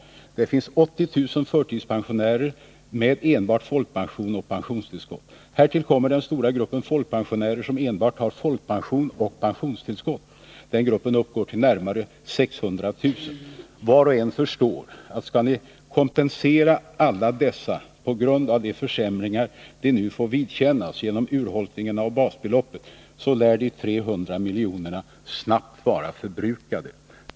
Det finns vidare 80000 förtidspensionärer med enbart folkpension och pensionstillskott. Härtill kommer den stora grupp folkpensionärer som har enbart folkpension och pensionstillskott. Den gruppen uppgår till närmare 600 000. Var och en förstår att skall ni kompensera alla dessa för de försämringar de nu får vidkännas genom urholkningen av basbeloppet, så lär de 300 miljonerna snabbt vara förbrukade.